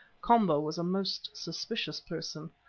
komba was a most suspicious person.